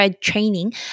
training